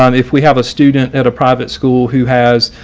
um if we have a student at a private school who has